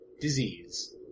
disease